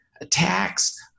attacks